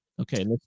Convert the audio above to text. Okay